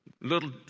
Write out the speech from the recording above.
little